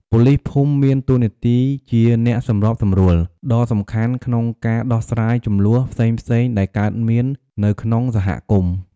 ប៉ូលីសភូមិមានតួនាទីជា អ្នកសម្របសម្រួល ដ៏សំខាន់ក្នុងការដោះស្រាយជម្លោះផ្សេងៗដែលកើតមាននៅក្នុងសហគមន៍។